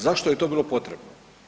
Zašto je to bilo potrebno?